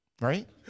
Right